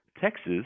Texas